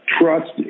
trust